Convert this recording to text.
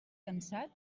cansat